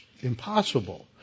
impossible